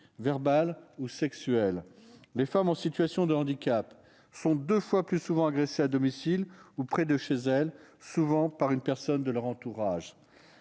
verbales ou sexuelles. Les femmes en situation de handicap sont deux fois plus souvent agressées à domicile ou près de chez elles, souvent par une personne de leur entourage.